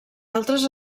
altres